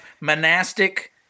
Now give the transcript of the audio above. monastic